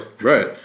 Right